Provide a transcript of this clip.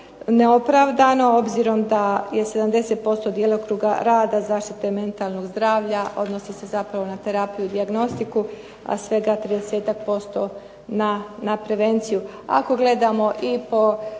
neopravdano obzirom da je 70% djelokruga rada zaštite mentalnog zdravlja odnosi se zapravo na terapiju i dijagnostiku, a svega tridesetak